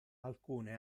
alcune